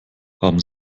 haben